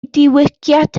diwygiad